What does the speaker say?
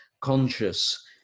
conscious